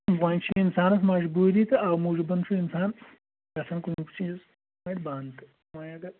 وۄنۍ چھِ اِنسانَس مَجبوٗری تہٕ اَمہِ موٗجوٗبَن چھُ اِنسان گژھان کُنہِ چیٖزٕ بَند